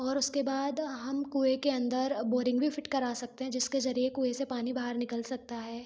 और उसके बाद हम कुएँ के अंदर बोरिंग भी फिट करा सकते हैं जिसके जरिए कुएँ से पानी बाहर निकल सकता है